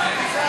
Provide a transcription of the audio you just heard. להסיר